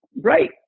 right